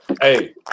hey